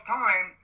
time